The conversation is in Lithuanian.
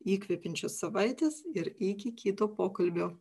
įkvepiančios savaitės ir iki kito pokalbio